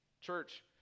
Church